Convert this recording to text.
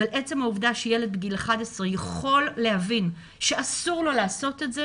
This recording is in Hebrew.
אבל עצם העובדה שילד בגיל 11 יכול להבין שאסור לו לעשות את זה,